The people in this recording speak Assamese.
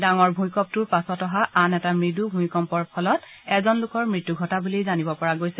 ডাঙৰ ভূঁইকঁপটোৰ পাছত অহা আন এটা মৃদু ভূমিকম্পৰ ফলত এজন লোকৰ মৃত্যু ঘটা বুলি জানিব পৰা গৈছে